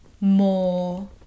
more